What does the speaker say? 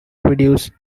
reduced